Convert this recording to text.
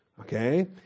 Okay